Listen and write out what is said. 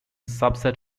subset